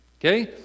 Okay